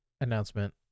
Announcement